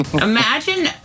Imagine